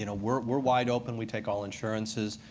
you know we're we're wide open. we take all insurances.